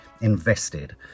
invested